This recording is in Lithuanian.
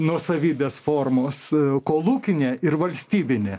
nuosavybės formos kolūkinė ir valstybinė